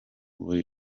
buri